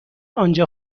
آنجا